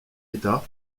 état